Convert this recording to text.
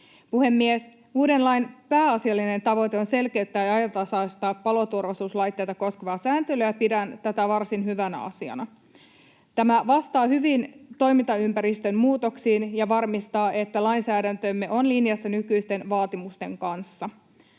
Uuden lain pääasiallinen tavoite on selkeyttää ja ajantasaistaa paloturvallisuuslaitteita koskevaa sääntelyä, ja pidän tätä varsin hyvänä asiana. Tämä vastaa hyvin toimintaympäristön muutoksiin ja varmistaa, että lainsäädäntömme on linjassa nykyisten vaatimusten kanssa.